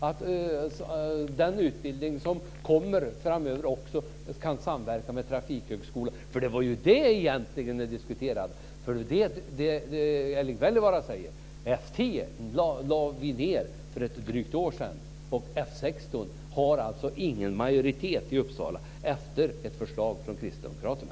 I den utbildning som kommer framöver kan man också samverka med Trafikhögskolan. Det var ju egentligen det som diskuterades. Det som Erling Wälivaara talar om, F 10, lade vi ned för ett drygt år sedan, och vad gäller F 16 i Uppsala finns det alltså ingen majoritet, efter ett förslag från kristdemokraterna.